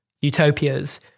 utopias